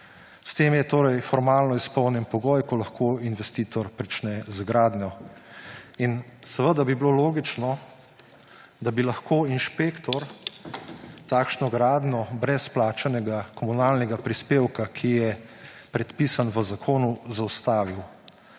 S tem je torej formalno izpolnjen pogoj, ko lahko investitor prične z gradnjo; in seveda bi bilo logično, da bi lahko inšpektor takšno gradnjo brez plačanega komunalnega prispevka, ki je predpisan v zakonu, zaustavil.